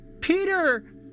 Peter